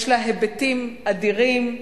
יש לה היבטים אדירים.